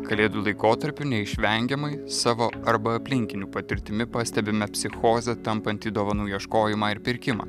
kalėdų laikotarpiu neišvengiamai savo arba aplinkinių patirtimi pastebime psichoze tampantį dovanų ieškojimą ir pirkimą